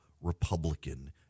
republican